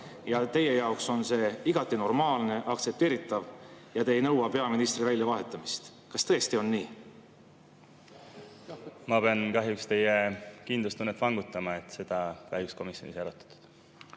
Kas teie jaoks on see igati normaalne, aktsepteeritav ja te ei nõua peaministri väljavahetamist? Kas tõesti on nii? Ma pean kahjuks teie kindlustunnet vangutama – seda kahjuks komisjonis ei arutatud.